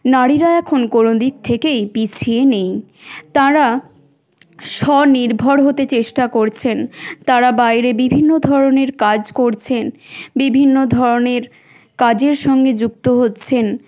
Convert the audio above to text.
নারীরা এখন কোনো দিক থেকেই পিছিয়ে নেই তারা স্বনির্ভর হতে চেষ্টা করছেন তারা বাইরে বিভিন্ন ধরনের কাজ করছেন বিভিন্ন ধরনের কাজের সঙ্গে যুক্ত হচ্ছেন